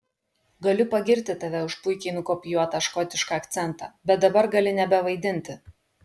galiu pagirti tave už puikiai nukopijuotą škotišką akcentą bet dabar gali nebevaidinti